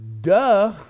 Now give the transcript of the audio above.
duh